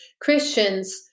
Christians